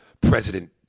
President